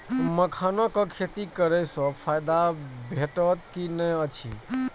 मखानक खेती करे स फायदा भेटत की नै अछि?